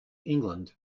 england